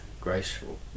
graceful